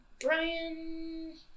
Brian